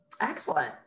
Excellent